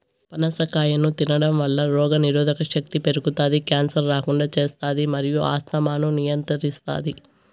పనస కాయను తినడంవల్ల రోగనిరోధక శక్తి పెరుగుతాది, క్యాన్సర్ రాకుండా చేస్తాది మరియు ఆస్తమాను నియంత్రిస్తాది